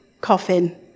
coffin